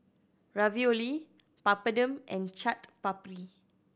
Ravioli Papadum and Chaat Papri